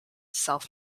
self